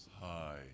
Hi